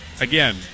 again